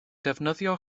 defnyddio